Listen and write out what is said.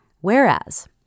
Whereas